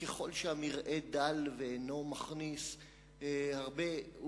ככל שהמרעה דל ואינו מכניס הרבה,